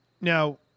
Now